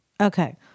Okay